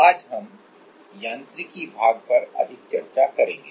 आज हम मैकेनिक्स भाग पर अधिक चर्चा करेंगे